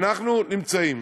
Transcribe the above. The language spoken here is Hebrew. אנחנו נמצאים